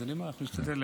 אני אומר שאנחנו נשתדל.